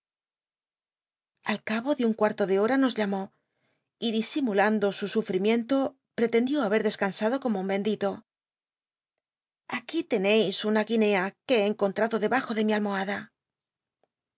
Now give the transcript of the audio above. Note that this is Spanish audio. al c bo de un cuarto de bota nos llamó y disimulando su sufrimiento pretendió haber descansado como nn bendito aquí teneis un a guinea que he cncontmdo debajo de mi